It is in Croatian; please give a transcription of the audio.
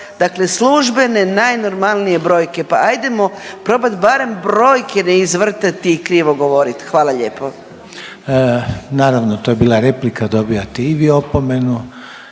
dakle službene najnormalnije brojke, pa ajdemo probat barem brojke ne izvrtati i krvio govorit. Hvala lijepo. **Reiner, Željko (HDZ)** Naravno to je bila replika dobijate i vi opomenu.